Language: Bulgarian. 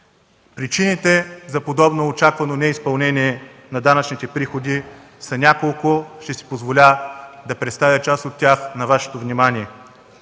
Причините за подобно очаквано неизпълнение на данъчните приходи са няколко. Ще си позволя да представя част от тях на Вашето внимание.